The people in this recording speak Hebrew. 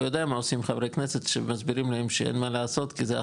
הוא יודע מה עושים חברי כנסת שמסבירים להם שאין מה לעשות כי זה החוק.